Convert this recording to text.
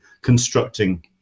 constructing